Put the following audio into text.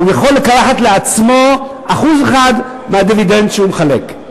הוא יכול לקחת לעצמו 1% מהדיבידנד שהוא מחלק.